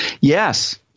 Yes